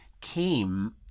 came